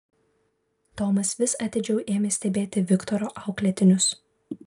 tomas vis atidžiau ėmė stebėti viktoro auklėtinius